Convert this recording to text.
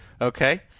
Okay